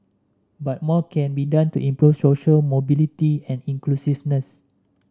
but more can be done to improve social mobility and inclusiveness